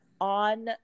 on